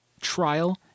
trial